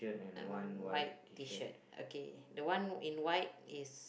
and one white T-shirt okay the one in white is